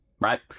right